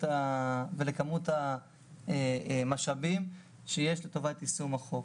ולכמות המשאבים שיש לטובת יישום החוק.